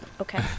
Okay